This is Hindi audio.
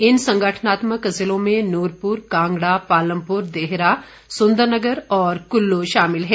इन संगठनात्मक जिलों में नूरपुर कांगड़ा पालमपुर देहरा सुंदरनगर और कुल्लू शामिल है